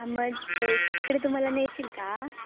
मग तिकडे तू मला नेशील का